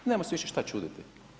Nemamo se više šta čuditi.